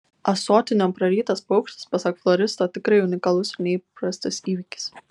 ąsotinio prarytas paukštis pasak floristo tikrai unikalus ir neįprastas įvykis